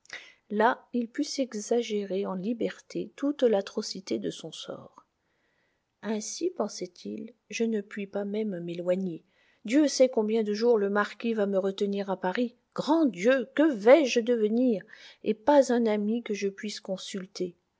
là il put s'exagérer en liberté toute l'atrocité de son sort ainsi pensait-il je ne puis pas même m'éloigner dieu sait combien de jours le marquis va me retenir à paris grand dieu que vais-je devenir et pas un ami que je puisse consulter